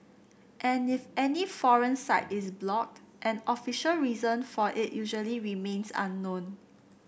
and if any foreign site is blocked an official reason for it usually remains unknown